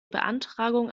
beantragung